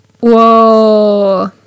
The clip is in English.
whoa